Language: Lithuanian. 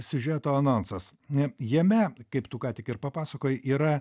siužeto anonsas n jame kaip tu ką tik ir papasakojai yra